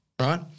right